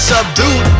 subdued